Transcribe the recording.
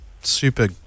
super